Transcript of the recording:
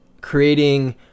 creating